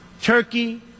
Turkey